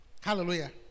hallelujah